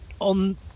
on